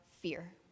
fear